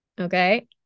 Okay